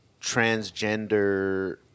transgender